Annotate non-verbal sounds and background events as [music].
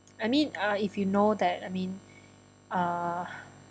I mean uh if you know that I mean [breath] uh